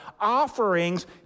offerings